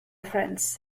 friends